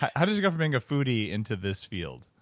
how did you go from being a foodie into this field?